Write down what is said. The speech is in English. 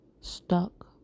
stuck